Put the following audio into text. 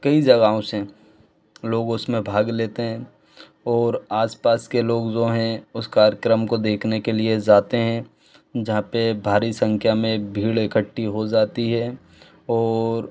कई जगहों से लोग उसमें भाग लेते हें और आसपास के लोग जो हैं उस कार्यक्रम को देखने के लिए जाते हैं जहाँ पर भारी संख्या में भीड़ इकट्टी हो ज़ाती है और